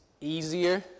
easier